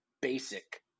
basic